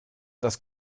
das